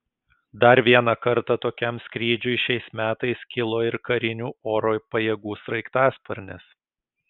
dar vieną kartą tokiam skrydžiui šiais metais kilo ir karinių oro pajėgų sraigtasparnis